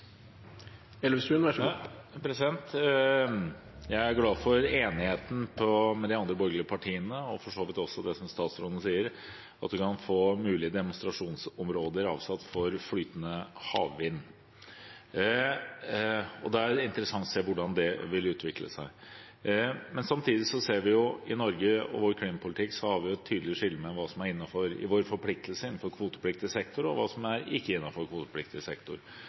glad for enigheten med de andre borgerlige partiene og for så vidt også for det som statsråden sier, at man kan få mulige demonstrasjonsområder avsatt for flytende havvindmøller. Det blir interessant å se hvordan det vil utvikle seg. Men samtidig ser vi i Norge at vår klimapolitikk har et tydelig skille mellom hva som er vår forpliktelse innenfor kvotepliktig sektor, og hva som ikke er innenfor kvotepliktig sektor.